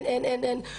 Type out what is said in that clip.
אין לך ואין לך,